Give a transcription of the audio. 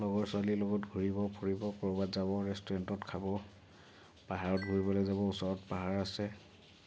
লগৰ ছোৱালীৰ লগত ঘূৰিব ফুৰিব ক'ৰবাত যাব ৰেষ্টুৰেণ্টত খাব পাহাৰত ঘূৰিবলৈ যাব ওচৰত পাহাৰ আছে